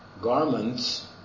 garments